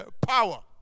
power